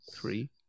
three